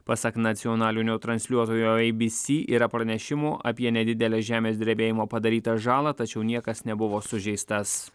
pasak nacionalinio transliuotojo abc yra pranešimų apie nedidelę žemės drebėjimo padarytą žalą tačiau niekas nebuvo sužeistas